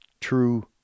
true